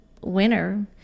winner